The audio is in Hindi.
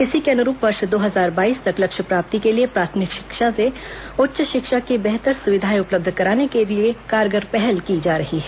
इसी के अनुरूप वर्ष दो हजार बाईस तक लक्ष्य प्राप्ति के लिए प्राथमिक शिक्षा से उच्च शिक्षा की बेहतर सुविधाएं उपलब्ध कराने के लिए कारगर पहल किया जा रहा है